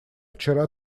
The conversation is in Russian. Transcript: вчера